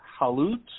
Halut